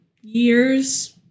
years